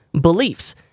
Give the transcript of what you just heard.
beliefs